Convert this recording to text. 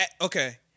okay